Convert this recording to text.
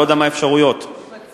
אני לא יודע מה הן האפשרויות.